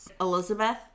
Elizabeth